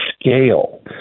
scale